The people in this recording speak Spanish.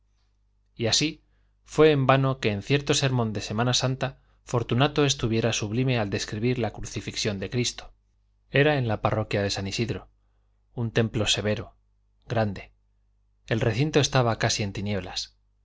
y así fue en vano que en cierto sermón de semana santa fortunato estuviera sublime al describir la crucifixión de cristo era en la parroquia de san isidro un templo severo grande el recinto estaba casi en tinieblas